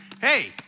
hey